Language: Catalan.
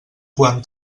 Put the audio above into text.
quan